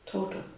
Total